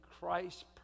Christ